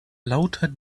lauter